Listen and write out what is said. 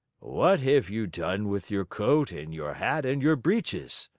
what have you done with your coat and your hat and your breeches?